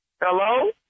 Hello